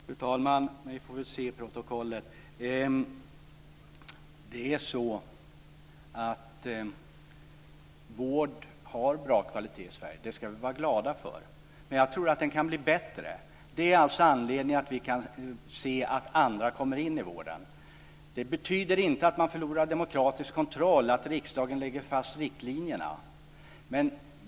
Fru talman! Vi får väl se i protokollet. Vård har bra kvalitet i Sverige. Det ska vi vara glada för. Men jag tror att den kan bli bättre. Det är anledningen till att vi gärna ser att det kommer in andra aktörer i vården. Det betyder inte att man förlorar demokratisk kontroll. Det är riksdagen som lägger fast riktlinjerna.